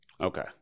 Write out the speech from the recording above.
Okay